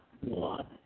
one